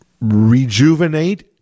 rejuvenate